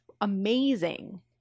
amazing